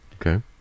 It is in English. Okay